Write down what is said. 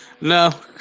No